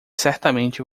certamente